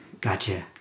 Gotcha